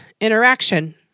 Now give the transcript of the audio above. interaction